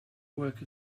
work